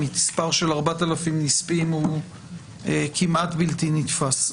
המספר של 4,000 נספים הוא כמעט בלתי נתפס.